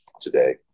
today